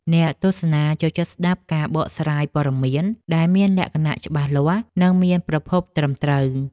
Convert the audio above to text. អ្នកទស្សនាចូលចិត្តស្តាប់ការបកស្រាយព័ត៌មានដែលមានលក្ខណៈច្បាស់លាស់និងមានប្រភពត្រឹមត្រូវ។